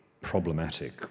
problematic